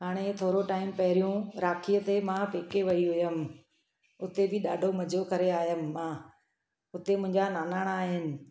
हाणे थोरो टाइम पहिरियों राखीअ ते मां पेके वई हुअमि हुते बि ॾाढो मज़ो करे आयमि मां हुते मुंहिंजा नानाणा आहिनि